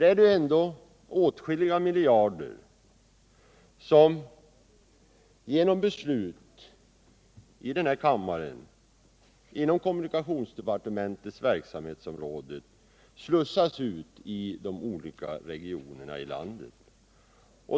Det är ändå åtskilliga miljarder inom kommunikationsdepartementets verksamhetsområde som genom beslut i denna kammare slussas ut i de olika regionerna i landet.